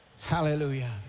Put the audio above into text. Hallelujah